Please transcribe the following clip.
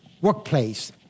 workplace